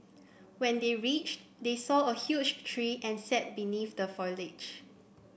when they reached they saw a huge tree and sat beneath the foliage